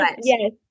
Yes